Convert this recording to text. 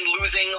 losing